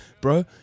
bro